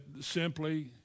simply